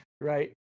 Right